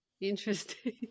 Interesting